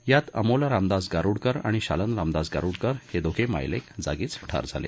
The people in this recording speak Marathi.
त्यात अमोल रामदास गारुडकर आणि शालन रामदास गारुडकर हे दोघे मायलेक जागीच ठार झाले